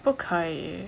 不可以